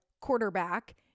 quarterback